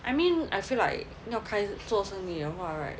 I mean I feel like 要开始做生意的话 right